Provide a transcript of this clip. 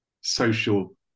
social